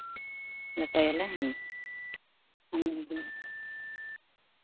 ᱞᱮᱴᱚᱭᱟᱞᱮ ᱚᱱᱟ ᱠᱚᱜᱮ